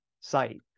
site